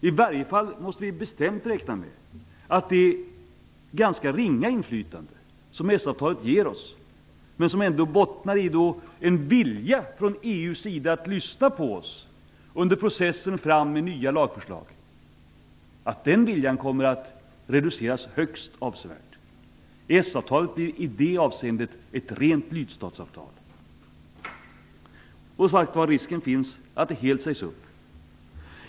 Vi måste i alla fall bestämt räkna med att det ganska ringa inflytande som EES avtalet ger oss kommer att reduceras högst avsevärt. Det bottnar i en vilja från EU:s sida att lyssna på oss under processen med att ta fram nya lagförslag. I det avseendet blir EES-avtalet ett rent lydstatsavtal, och risken finns att det helt sägs upp.